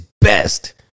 best